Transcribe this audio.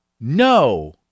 no